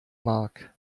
mag